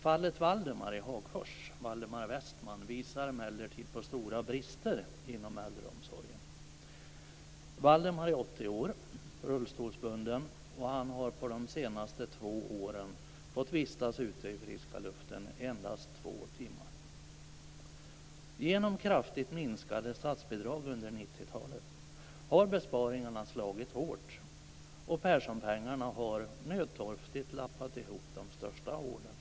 Fallet Valdemar i Hagfors visar emellertid på stora brister inom äldreomsorgen. Valdemar, som är 80 år och rullstolsbunden, har på de senaste två åren fått vistas ute i friska luften endast två timmar. Genom kraftigt minskade statsbidrag under 90-talet har besparingarna slagit hårt, och Perssonpengarna har nödtorftigt lappat ihop de största hålen.